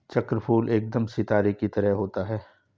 चक्रफूल एकदम सितारे की तरह होता है